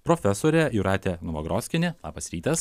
profesorė jūratė novagrockienė labas rytas